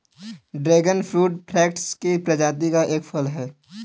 dragon fruit cactus की प्रजाति का एक फल है